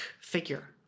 figure